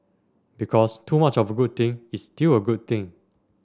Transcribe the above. because too much of a good thing is still a good thing